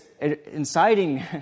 inciting